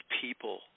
people